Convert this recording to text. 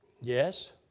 Yes